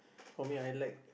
for me I like